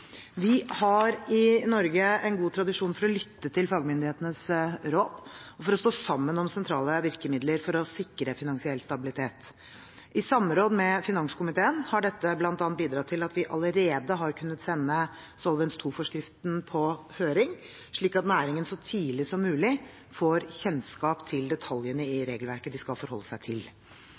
Vi har i Norge en god tradisjon for å lytte til fagmyndighetenes råd og for å stå sammen om sentrale virkemidler for å sikre finansiell stabilitet. I samråd med finanskomiteen har dette bl.a. bidratt til at vi allerede har kunnet sende Solvens II-forskriften på høring, slik at næringen så tidlig som mulig får kjennskap til detaljene i regelverket de skal forholde seg til.